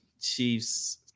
Chiefs